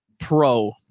pro